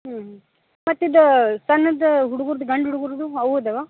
ಹ್ಞೂ ಹ್ಞೂ ಮತ್ತಿದು ಸಣ್ಣದ್ದು ಹುಡುಗರ್ದು ಗಂಡು ಹುಡುಗರ್ದು ಅವು ಇದಾವಾ